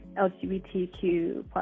LGBTQ++++